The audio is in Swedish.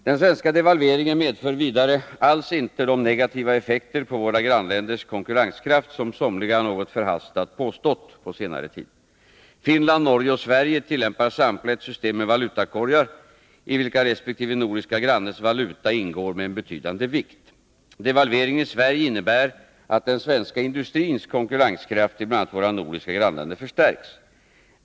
Den svenska devalveringen medför vidare alls inte de negativa effekter på våra grannländers konkurrenskraft som somliga, något förhastat, påstått på senare tid. Finland, Norge och Sverige tillämpar samtliga ett system med valutakorgar, i vilka resp. nordiska grannes valuta ingår med en betydande vikt. Devalveringen i Sverige innebär att den svenska industrins konkurrenskraft i bl.a. våra nordiska grannländer förstärks.